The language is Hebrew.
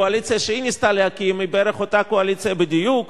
הקואליציה שהיא ניסתה להקים היא בערך אותה קואליציה בדיוק.